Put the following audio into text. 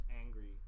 angry